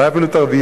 אולי אפילו תרוויח,